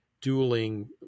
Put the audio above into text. dueling